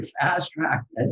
fast-tracked